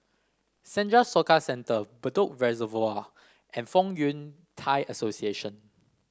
Senja Soka Centre Bedok Reservoir and Fong Yun Thai Association